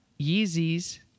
Yeezy's